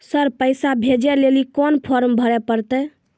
Sir पैसा भेजै लेली कोन फॉर्म भरे परतै?